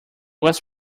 was